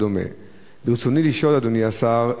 ברצוני לשאול, אדוני השר: